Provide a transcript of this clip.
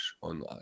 online